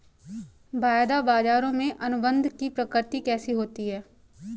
वायदा बाजारों में अनुबंध की प्रकृति कैसी होती है?